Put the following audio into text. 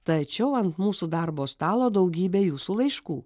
tačiau ant mūsų darbo stalo daugybė jūsų laiškų